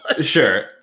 Sure